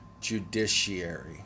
judiciary